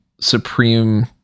supreme